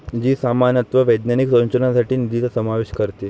जी सामान्यतः वैज्ञानिक संशोधनासाठी निधीचा समावेश करते